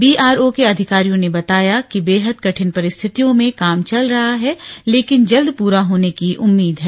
BRO के अधिकारियों ने बताया कि बेहद कठिन परिस्थितियों में काम चल रहा है लेकिन जल्द पूरा होने की उम्मीद है